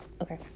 okay